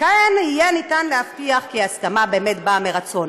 וכך יהיה אפשר להבטיח כי ההסכמה באמת באה מרצון.